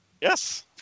Yes